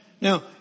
Now